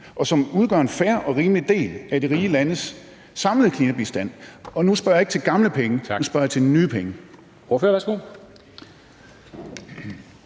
og som udgør en fair og rimelig del af de rige landes samlede klimabistand? Nu spørger jeg ikke til gamle penge, nu spørger jeg til nye penge.